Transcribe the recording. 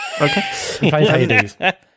Okay